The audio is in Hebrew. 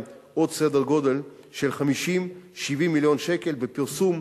עוד סדר גודל של 50 70 מיליון שקל בפרסום,